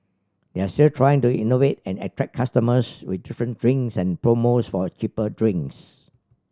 they're still trying to innovate and attract customers with different drinks and promos for cheaper drinks